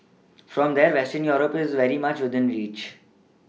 from there Western Europe is very much within reach